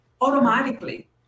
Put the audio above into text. automatically